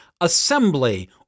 assembly